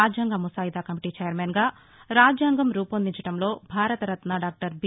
రాజ్యాంగ ముసాయిదా కమిటీ ఛైర్మన్గా రాజ్యాంగం రూపొందించడంలో భారతరత్న డాక్టర్ బి